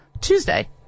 Tuesday